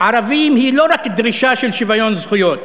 ערבים היא לא רק דרישה של שוויון זכויות,